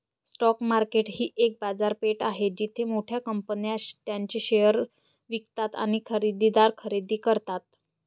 stock market ही एक बाजारपेठ आहे जिथे मोठ्या कंपन्या त्यांचे शेअर्स विकतात आणि खरेदीदार खरेदी करतात